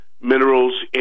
minerals